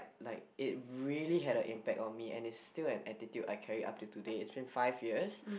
like it really had a impact on me and it's still an attitude I carry up to today it's been five years